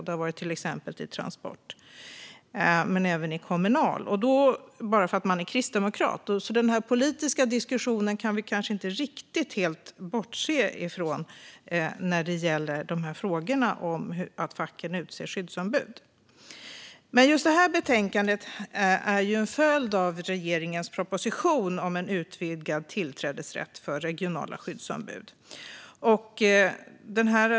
Detta har till exempel skett inom Transport och Kommunal och bara för att ombudet är kristdemokrat. Den politiska diskussionen kan vi nog inte helt bortse från när det gäller att facken utser skyddsombud. Detta betänkande är en följd av regeringens proposition om en utvidgad tillträdesrätt för regionala skyddsombud.